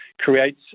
creates